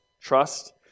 trust